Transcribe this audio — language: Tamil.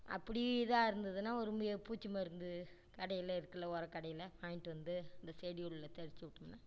அப்படி இதாக இருந்துதுன்னால் ஒரு பூச்சி மருந்து கடையில் இருக்குதுல உரக்கடையில வாங்கிட்டு வந்து இந்த செடி உள்ள தெளிச்சிவிட்டோம்ன்னா